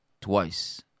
twice